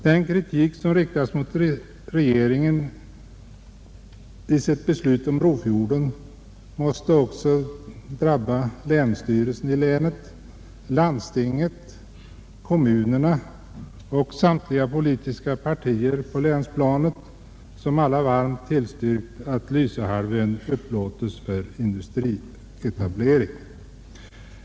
Den kritik som riktas mot regeringen med anledning av dess beslut om Brofjorden måste, anser jag, då också drabba länsstyrelsen, landstinget, kommunerna och samtliga politiska partier på länsplanet, som alla varmt tillstyrkt att Lysehalvön upplåtes för industrietablering.